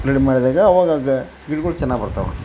ready ಮಾಡಿದಾಗ ಆವಾಗ ಅದು ಗಿಡ್ಗಳು ಚೆನ್ನಾಗಿ ಬರ್ತಾವೆ